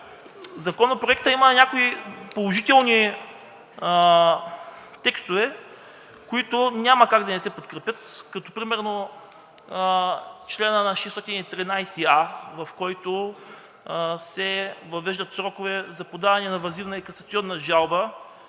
Законопроектът има някои положителни текстове, които няма как да не се подкрепят, примерно текстът на чл. 613а, в който се въвеждат срокове за подаване на въззивна и касационна жалба